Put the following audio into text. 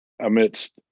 amidst